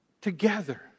together